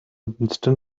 winston